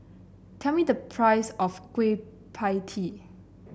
tell me the price of Kueh Pie Tee